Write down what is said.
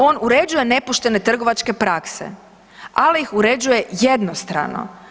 On uređuje nepoštene trgovačke prakse, ali ih uređuje jednostrano.